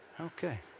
Okay